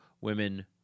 women